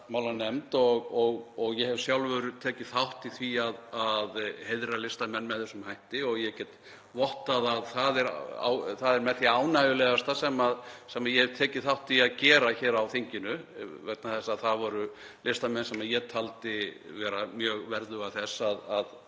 og menntamálanefnd og tekið þátt í því að heiðra listamenn með þessum hætti og get vottað að það er með því ánægjulegasta sem ég hef tekið þátt í að gera hér á þinginu vegna þess að það voru listamenn sem ég taldi vera mjög verðuga þess að